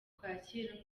kacyiru